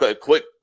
Quick